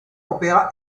opera